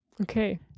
Okay